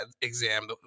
exam